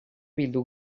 bildu